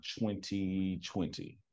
2020